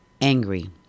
angry